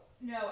no